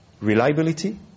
reliability